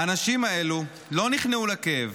האנשים האלה לא נכנעו לכאב,